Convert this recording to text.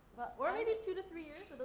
or maybe two to three years,